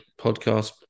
podcast